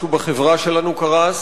משהו בחברה שלנו קרס.